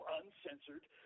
uncensored